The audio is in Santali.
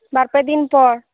ᱵᱟᱨ ᱯᱮ ᱫᱤᱱ ᱯᱚᱨ